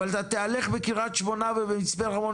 אבל אתה תהלך בקרית שמונה ובמצפה רמון